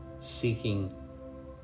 seeking